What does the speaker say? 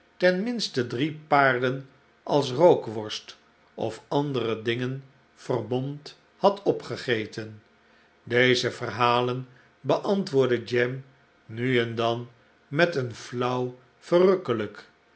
minste drie paarden als rookworst of andere dingen vermomd had opgegeten deze verhalen beantwoordde jem nu en dan met een flauw verrukkelijk